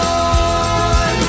on